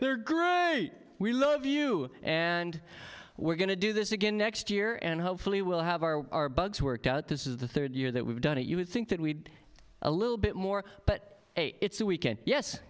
their group we love you and we're going to do this again next year and hopefully we'll have our bugs worked out this is the third year that we've done it you would think that we'd a little bit more but hey it's the weekend yes